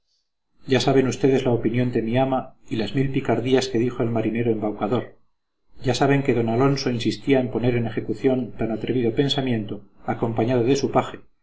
ya saben ustedes la opinión de mi ama y las mil picardías que dijo del marinero embaucador ya saben que d alonso insistía en poner en ejecución tan atrevido pensamiento acompañado de su paje